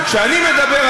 וכשאני מדבר,